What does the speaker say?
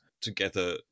together